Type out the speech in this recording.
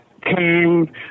came